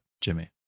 Jimmy